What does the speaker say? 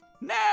Now